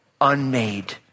unmade